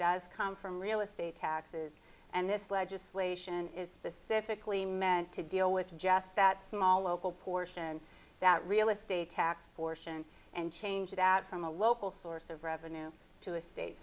does come from real estate taxes and this legislation is specifically meant to deal with just that small local portion that real estate tax portion and changed at from a local source of revenue to a state